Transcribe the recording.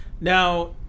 now